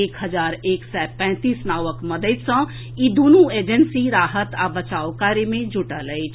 एक हजार एक सय पैंतीस नावक मददि सॅ ई दुनू एजेंसी राहत आ बचाव कार्य मे जुटल अछि